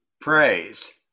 praise